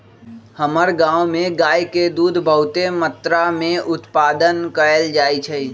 हमर गांव में गाय के दूध बहुते मत्रा में उत्पादन कएल जाइ छइ